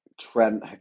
Trent